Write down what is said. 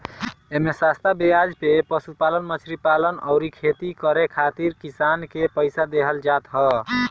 एमे सस्ता बेआज पे पशुपालन, मछरी पालन अउरी खेती करे खातिर किसान के पईसा देहल जात ह